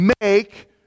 make